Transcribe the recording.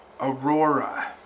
Aurora